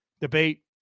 debate